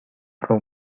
from